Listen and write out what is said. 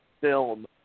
film